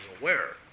aware